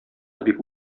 бик